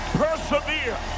persevere